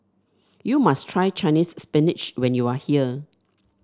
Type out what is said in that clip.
you must try Chinese Spinach when you are here